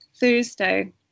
Thursday